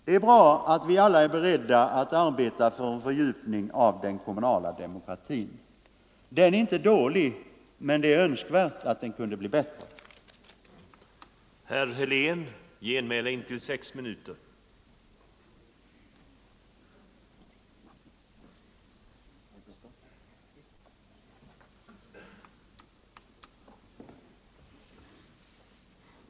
Det är bra att vi alla är beredda att arbeta för en fördjupning av den kommunala demokratin. Den är Nr 114 inte dålig, men det är önskvärt att den kunde bli bättre. Onsdagen den å 6 november 1974